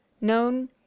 known